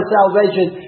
salvation